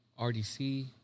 RDC